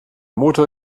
motor